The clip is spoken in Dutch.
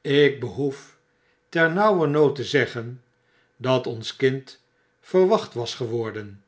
ik behoef ternauwernood te zeggen dat ons kind verwacht was geworden